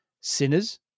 sinners